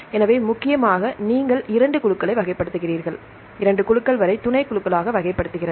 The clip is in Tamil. எனவே முக்கியமாக நீங்கள் இரண்டு குழுக்களை வகைப்படுத்துகிறீர்கள் இரண்டு குழுக்கள் வரை துணைக்குழுக்களாக வகைப்படுத்துககிறது